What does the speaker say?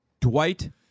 Dwight